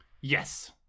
Yes